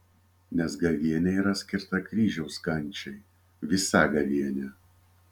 nes gavėnia yra ir skirta kryžiaus kančiai visa gavėnia